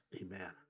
Amen